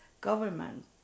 government